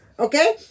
Okay